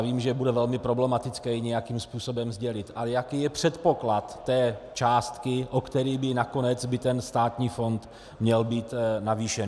Vím, že bude velmi problematické ji nějakým způsobem sdělit, ale jaký je předpoklad té částky, o který by nakonec ten státní fond měl být navýšen.